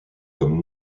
comme